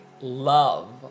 love